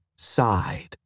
sighed